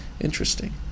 Interesting